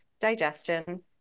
digestion